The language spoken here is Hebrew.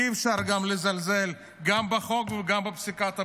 אי-אפשר לזלזל גם בחוק וגם בפסיקת הבג"ץ.